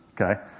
Okay